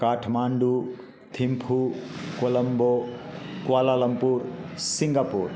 Kathmandu Thimphu Colombo Kuala Lumpur Singapore